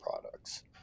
products